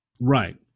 Right